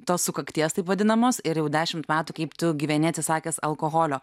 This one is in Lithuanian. tos sukakties taip vadinamos ir jau dešimt metų kaip tu gyveni atsisakęs alkoholio